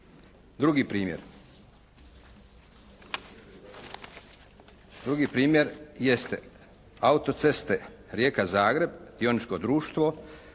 građana. Drugi primjer jeste autoceste Rijeka-Zagreb, dioničko društvo,